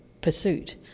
pursuit